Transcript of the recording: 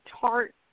tart